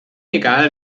egal